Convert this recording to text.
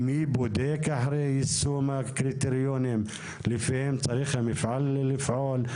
מי בודק את יישום הקריטריונים לפיהם צריך המפעל לפעול,